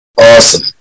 Awesome